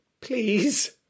Please